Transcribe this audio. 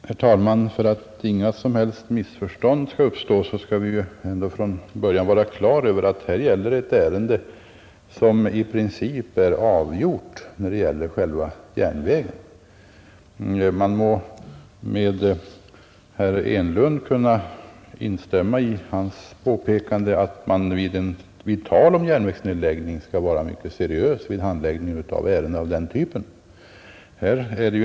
Herr talman! För att inga som helst missförstånd skall uppstå bör vi från början ha klart för oss att det här gäller ett ärende som i princip redan är avgjort i fråga om själva järnvägen. Man må kunna instämma i herr Enlunds påpekande att man skall vara mycket seriös vid handläggningen av ärenden rörande nedläggningar.